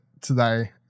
today